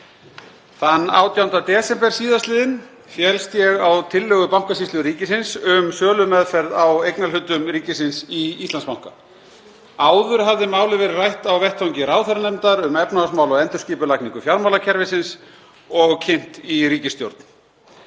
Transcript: Þann 18. desember síðastliðinn féllst ég á tillögu Bankasýslu ríkisins um sölumeðferð á eignarhlutum ríkisins í Íslandsbanka. Áður hafði málið verið rætt á vettvangi ráðherranefndar um efnahagsmál og endurskipulagningu fjármálakerfisins og kynnt í ríkisstjórn.